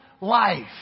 life